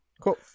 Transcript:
Cool